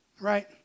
right